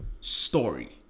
story